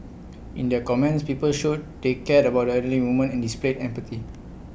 in their comments people showed they cared about elderly woman and displayed empathy